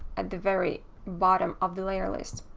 at the very bottom of the layer list.